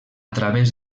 través